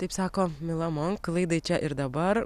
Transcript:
taip sako mila monk laidai čia ir dabar